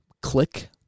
Click